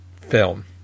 film